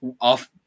off